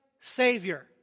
Savior